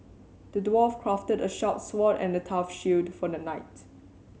the dwarf crafted a sharp sword and a tough shield for the knight